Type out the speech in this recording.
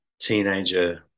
teenager